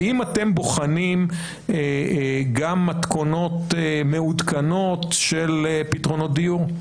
האם אתם בוחנים גם מתכונות מעודכנות של פתרונות דיור?